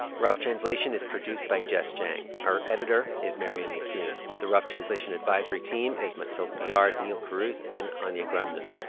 rough translation is produced by jess jiang. our editor is marianne mccune. the rough translation advisory team is mathilde piard, neal carruth and anya grundmann.